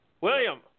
William